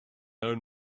own